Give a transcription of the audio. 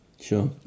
Sure